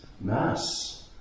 Mass